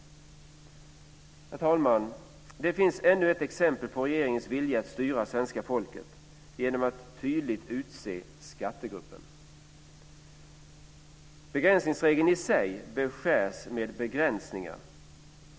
Herr talman! Det finns ännu ett exempel på regeringens vilja att styra svenska folket genom att tydligt utse skattegruppen. Begränsningsregeln i sig beskärs med begränsningar.